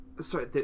sorry